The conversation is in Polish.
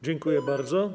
Dziękuję bardzo.